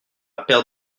paire